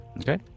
Okay